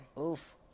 Oof